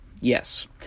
yes